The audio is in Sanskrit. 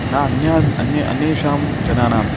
न अन्यान् अन्य अन्येषां जनानाम्